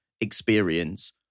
experience